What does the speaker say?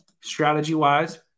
Strategy-wise